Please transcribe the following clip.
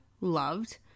loved